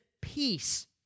peace